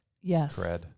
Yes